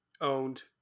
Owned